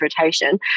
rotation